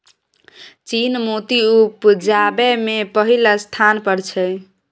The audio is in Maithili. चीन मोती उपजाबै मे पहिल स्थान पर छै